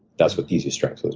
that's what easy strength was